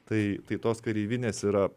tai tai tos kareivinės yra